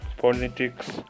politics